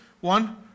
One